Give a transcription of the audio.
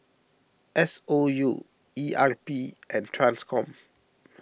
S O U E R P and Transcom